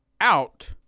out